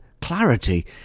clarity